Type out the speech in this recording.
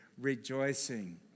rejoicing